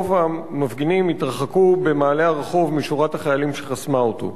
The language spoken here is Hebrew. רוב המפגינים התרחקו במעלה הרחוב משורת החיילים שחסמה אותו.